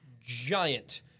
giant